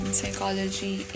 psychology